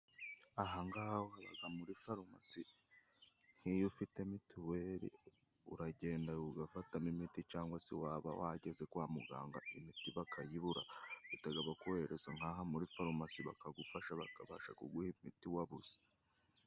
Ahangaha habaga muri forumasi, nk'iyo ufite mituweri uragenda ugafatamo imiti cyangwa se waba wageze kwa muganga imiti bakayibura, bahitaga bakohereza nkaha muri forumasi bakagufasha bakabasha kuguha imiti wabuze.